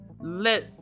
let